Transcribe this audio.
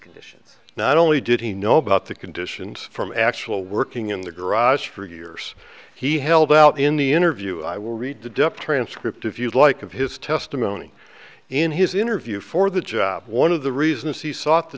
conditions not only did he know about the conditions from actual working in the garage for years he held out in the interview i will read the depth transcript if you like of his testimony in his interview for the job one of the reasons he sought the